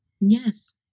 Yes